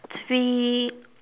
three